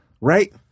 right